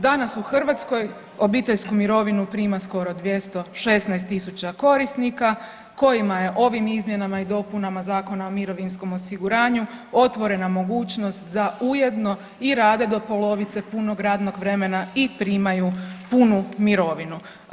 Danas u Hrvatskoj obiteljsku mirovinu prima skoro 216 tisuća korisnika kojima je ovim izmjenama i dopunama Zakona o mirovinskom osiguranju otvorena mogućnost da ujedno i rade do polovice punog radnog vremena i primaju punu mirovinu.